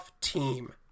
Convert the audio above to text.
team